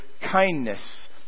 kindness